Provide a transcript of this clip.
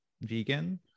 vegan